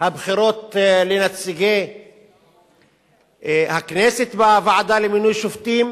הבחירות לנציגי הכנסת בוועדה למינוי שופטים.